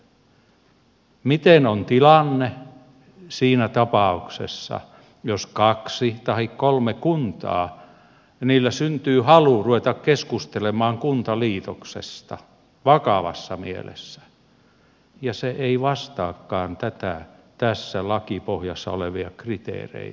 miten on tilanne siinä tapauksessa jos on kaksi tahi kolme kuntaa joilla syntyy halu ruveta keskustelemaan kuntaliitoksesta vakavassa mielessä ja se ei vastaakaan tässä lakipohjassa olevia kriteereitä